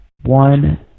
One